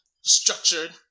structured